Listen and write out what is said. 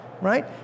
right